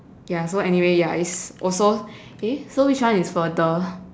ya so anyway ya is also eh so which one is further